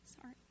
Sorry